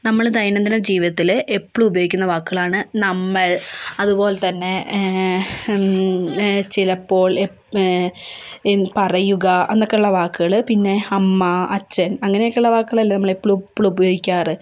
നമ്മൾ ദൈനംദിന ജീവിതത്തിൽ എപ്പോഴും ഉപയോഗിക്കുന്ന വാക്കുകളാണ് നമ്മൾ അതുപോലെത്തന്നെ ചിലപ്പോൾ പറയുക എന്നൊക്കെയുള്ള വാക്കുകൾ പിന്നെ അമ്മ അച്ഛൻ അങ്ങനെയൊക്കെയുള്ള വാക്കുകളല്ലേ നമ്മൾ എപ്പോഴും എപ്പോഴും ഉപയോഗിക്കാറ്